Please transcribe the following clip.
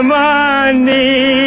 money